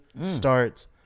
starts